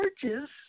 churches